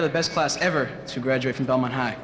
are the best class ever to graduate from dahlman high